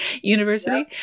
university